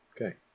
Okay